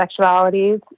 sexualities